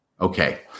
Okay